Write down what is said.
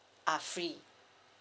are free